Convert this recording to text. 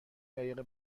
دقیقه